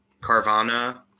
Carvana